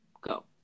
go